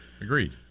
agreed